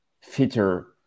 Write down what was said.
fitter